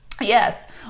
Yes